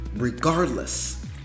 regardless